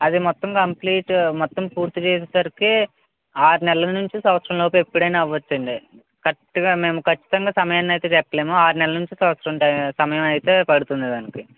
అది మొత్తం కంప్లీట్ మొత్తం పూర్తి చేసేసరికి ఆరు నెలల నుండి సంవత్సరంలోపు ఎప్పుడైనా అవ్వచ్చుఅండి కరెక్గా మేము ఖచ్ఛితంగా సమయమైతే చెప్పలేము ఆరు నెలల నుండి సంవత్సరం టై సమయమైతే పడుతుంది దానికి